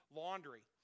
laundry